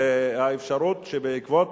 ואת האפשרות שבעקבות